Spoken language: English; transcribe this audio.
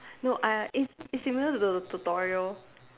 no uh it's it's similar to the tutorial